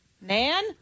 Nan